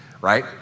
right